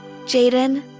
Jaden